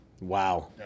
Wow